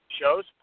shows